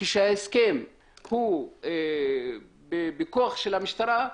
כשההסכם הוא בכוח של המשטרה,